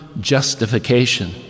justification